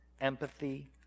empathy